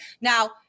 Now